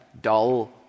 dull